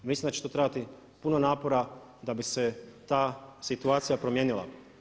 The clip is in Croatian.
Mislim da će tu trebati puno napora da bi se ta situacija promijenila.